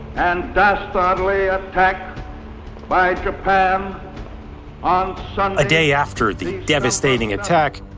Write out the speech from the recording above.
and dastardly attack by japan on sunday. a day after the devastating attack,